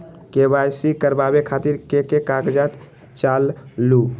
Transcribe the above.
KYC करवे खातीर के के कागजात चाहलु?